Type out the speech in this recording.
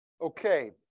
Okay